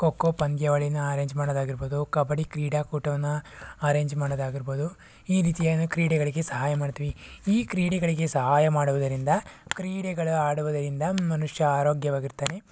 ಖೋ ಖೋ ಪಂದ್ಯಾವಳಿನ ಅರೇಂಜ್ ಮಾಡೋದಾಗಿರ್ಬೋದು ಕಬಡ್ಡಿ ಕ್ರೀಡಾ ಕೂಟವನ್ನು ಅರೇಂಜ್ ಮಾಡೋದಾಗಿರ್ಬೋದು ಈ ರೀತಿಯನ್ನು ಕ್ರೀಡೆಗಳಿಗೆ ಸಹಾಯ ಮಾಡ್ತೀವಿ ಈ ಕ್ರೀಡೆಗಳಿಗೆ ಸಹಾಯ ಮಾಡೋದರಿಂದ ಕ್ರೀಡೆಗಳ ಆಡುವುದರಿಂದ ಮನುಷ್ಯ ಆರೋಗ್ಯವಾಗಿರ್ತಾನೆ